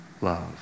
love